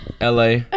LA